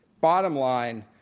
bottom line,